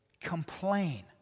complain